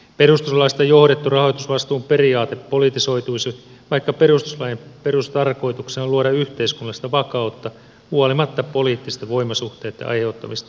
perustuslaista johdettu rahoitusvastuun periaate politisoituisi vaikka perustuslain perustarkoituksena on luoda yhteiskunnallista vakautta huolimatta poliittisten voimasuhteitten aiheuttamista muutoksista